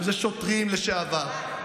אם זה שוטרים לשעבר,